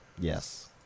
Yes